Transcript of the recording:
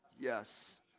yes